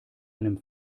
einem